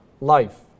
life